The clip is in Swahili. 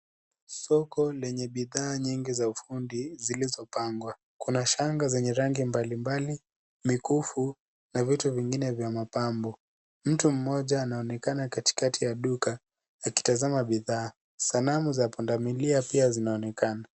Soko lenye bidhaa nyingi za ufundi zilizopangwa. Kuna shanga zenye rangi mbalimbali, mikufu na vitu vingine vya mapambo. Mtu mmoja anaoneana katikati ya duka akitazama bidhaa. Sanamu za pundamilia pia zinaonekana.